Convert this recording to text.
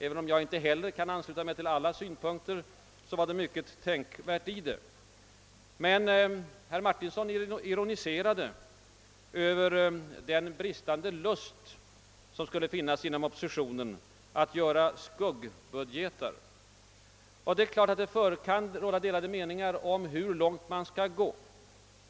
Även om inte heller jag kan ansluta mig till alla de synpunkter herr Martinsson framförde, så var det mycket tänkvärt i dem. Men herr Martinsson ironiserade över den bristande lusten inom oppositionen att upprätta skuggbudgeter. Det är klart att det kan råda delade meningar om hur långt man skall gå.